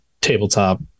tabletop